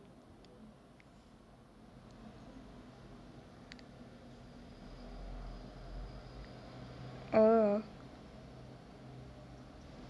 oh